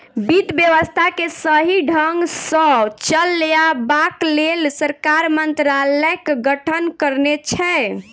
वित्त व्यवस्था के सही ढंग सॅ चलयबाक लेल सरकार मंत्रालयक गठन करने छै